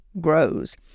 grows